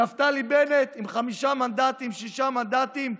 נפתלי בנט, עם חמישה מנדטים, שישה מנדטים,